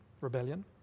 Rebellion